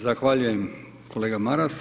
Zahvaljujem kolega Maras.